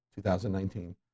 2019